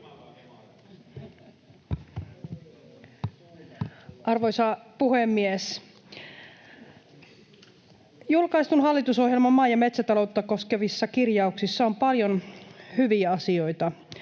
Arvoisa puhemies! Julkaistun hallitusohjelman maa- ja metsätaloutta koskevissa kirjauksissa on paljon hyviä asioita.